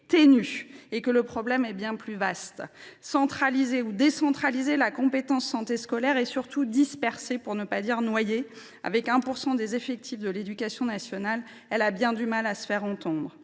ténu » et que le problème est bien plus vaste. Centralisée ou décentralisée, la compétence santé scolaire est surtout dispersée, pour ne pas dire noyée : représentant 1 % des effectifs de l’éducation nationale, elle a bien du mal à se faire entendre.